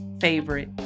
favorite